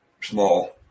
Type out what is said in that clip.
small